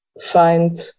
find